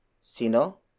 Sino